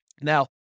Now